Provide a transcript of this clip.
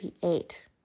create